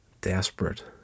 desperate